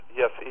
yes